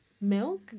milk